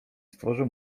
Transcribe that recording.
stworzą